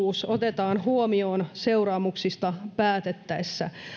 otetaan huomioon seuraamuksista päätettäessä